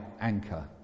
anchor